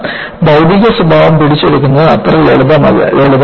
കാരണം ഭൌതിക സ്വഭാവം പിടിച്ചെടുക്കുന്നത് അത്ര ലളിതമല്ല